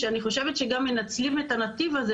שאני חושבת שגם מנצלים את הנתיב הזה,